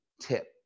tip